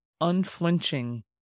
unflinching